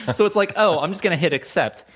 so it's like, oh. i'm just gonna hit accept,